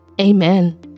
amen